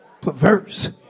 perverse